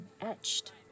etched